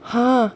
!huh!